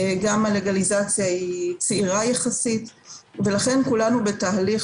הלגליזציה היא צעירה יחסית ולכן כולנו בתהליך